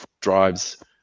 drives